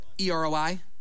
E-R-O-I